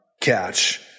catch